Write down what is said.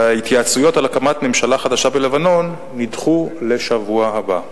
וההתייעצויות על הקמת ממשלה חדשה בלבנון נדחו לשבוע הבא.